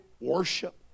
worship